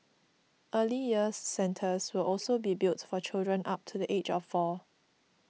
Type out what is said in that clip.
Early Years Centres will also be built for children up to the age of four